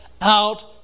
out